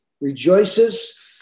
rejoices